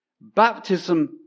baptism